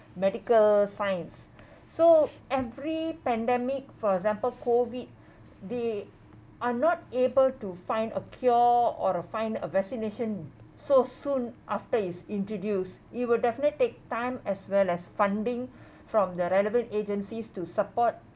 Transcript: medical science so every pandemic for example COVID they are not able to find a cure or a find a vaccination so soon after it's introduced it will definitely take time as well as funding from the relevant agencies to support